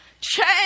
Change